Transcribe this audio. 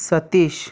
Satish